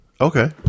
Okay